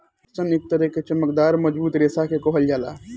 पटसन एक तरह के चमकदार मजबूत रेशा के कहल जाला